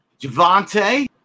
Javante